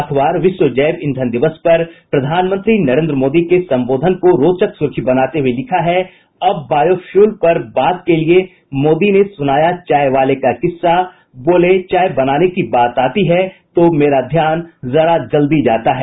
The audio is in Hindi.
अखबार ने विश्व जैव ईंधन दिवस पर प्रधानमंत्री नरेन्द्र मोदी के संबोधन को रोचक सुर्खी बनाते हुए लिखा है अब बॉयोफ्यूल पर बात के लिए मोदी ने सुनाया चाय वाले का किस्सा बोले चाय बनने की बात आती है तो मेरा ध्यान जरा जल्दी जाता है